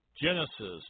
Genesis